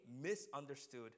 misunderstood